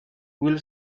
will